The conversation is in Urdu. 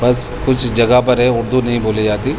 بس کچھ جگہ پر ہے اردو نہیں بولی جاتی